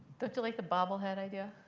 don't you like the bobblehead idea?